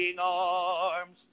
arms